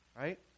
right